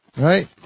Right